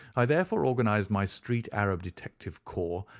i therefore organized my street arab detective corps,